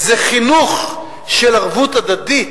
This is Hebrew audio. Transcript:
זה חינוך של ערבות הדדית.